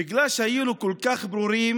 בגלל שהיינו כל כך ברורים,